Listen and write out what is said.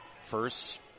first